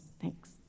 Thanks